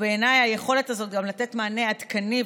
ובעיניי היכולת הזו גם לתת מענה עדכני,